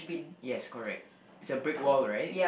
yes correct it's a brick wall right